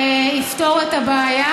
יפתור את הבעיה.